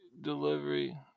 delivery